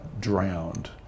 drowned